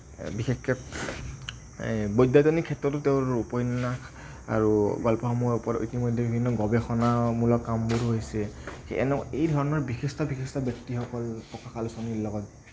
বিশেষকে ক্ষেত্ৰতো তেওঁৰ উপন্যাস আৰু গল্পসমূহৰ ওপৰত ইতিমধ্যে বিভিন্ন গৱেষণামূলক কামবোৰ হৈছে এই ধৰণৰ বিশিষ্ট বিশিষ্ট ব্যক্তিসকল প্ৰকাশ আলোচনীৰ লগত